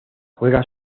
juega